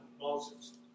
Moses